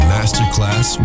Masterclass